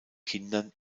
kindern